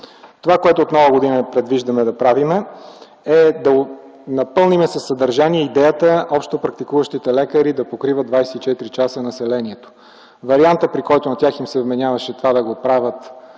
болни. От Нова година предвиждаме да напълним със съдържание идеята общопрактикуващите лекари да покриват 24 часа населението. Вариантът, при който на тях им се вменяваше да правят